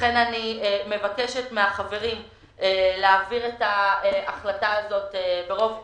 לכן אני מבקשת מן החברים להעביר את ההחלטה הזאת ברוב קולות.